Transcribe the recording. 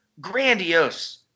grandiose